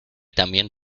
también